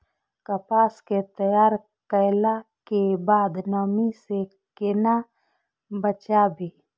कपास के तैयार कैला कै बाद नमी से केना बचाबी?